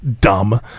dumb